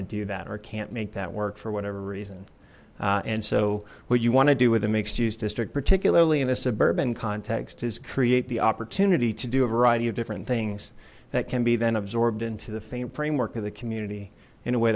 do that or can't make that work for whatever reason and so what you want to do with a mixed use district particularly in a suburban context is create the opportunity to do a variety of different things that can be then absorbed into the same framework of the community in a way